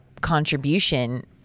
contribution